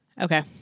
Okay